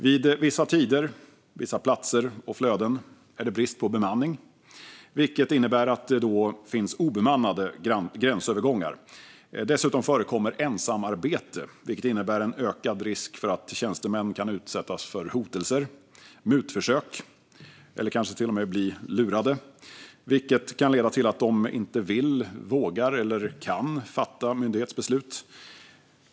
Vid vissa tider, platser och flöden är det brist på bemanning, vilket innebär att det finns obemannade gränsövergångar. Dessutom förekommer ensamarbete, vilket innebär en ökad risk. Tjänstemän kan då utsättas för hotelser eller mutförsök eller kanske till och med bli lurade, vilket kan leda till att de inte vill, vågar eller kan fatta myndighetsbeslut.